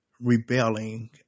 rebelling